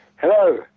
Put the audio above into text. Hello